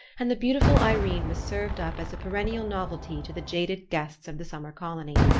and the beautiful irene was served up as a perennial novelty to the jaded guests of the summer colony.